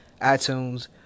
iTunes